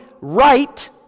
right